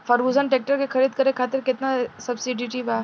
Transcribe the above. Ferguson tractor के खरीद करे खातिर केतना सब्सिडी बा?